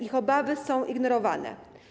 Ich obawy są ignorowane.